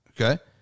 Okay